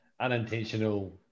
unintentional